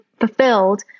fulfilled